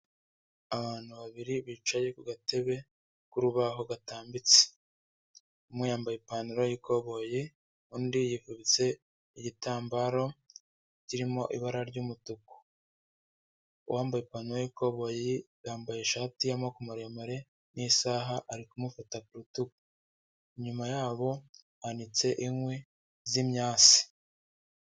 Abantu babiri bicaye ku gatebe k'urubaho gatambitse, umwe yambaye ipantaro y'ikoboyi, undi yifubitse igitambaro kirimo ibara ry'umutuku, uwambaye ipantaro y'ikoboyi yambaye ishati y'amaboko maremare n'isaha, ari kumufata ku rutugu, inyuma yabo hanitse inkwi z'imyase.